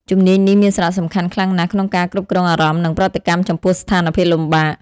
ជំនាញនេះមានសារៈសំខាន់ខ្លាំងណាស់ក្នុងការគ្រប់គ្រងអារម្មណ៍ និងប្រតិកម្មចំពោះស្ថានភាពលំបាក។